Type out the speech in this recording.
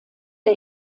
der